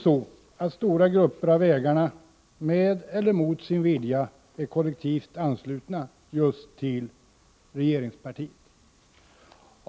Stora grupper av ägare, med eller mot sin vilja, är kollektivt anslutna just till regeringspartiet.